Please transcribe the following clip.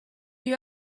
you